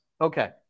Okay